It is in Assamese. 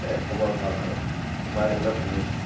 এই খবৰ ভাল আৰু তোমাৰ কেনেকুৱা চলি আছে